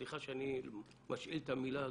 סליחה שאני משאיל את המילה הזו,